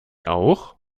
auch